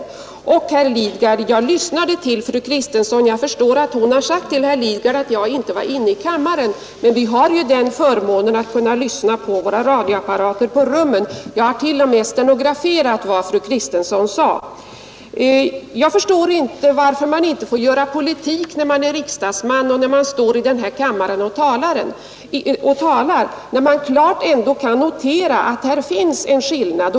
Vidare, herr Lidgard: Jag lyssnade till fru Kristensson. Jag förstår att hon har sagt till herr Lidgard att jag inte var inne i kammaren. Men vi har ju förmånen att kunna lyssna på våra högtalare på rummen. Jag har t.o.m. stenograferat vad fru Kristensson anförde. Jag förstår inte varför man inte får göra politik när man är riksdagsman och när man står i denna kammare och talar i en fråga där man klart kan notera att det finns en skillnad i uppfattningarna.